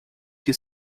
que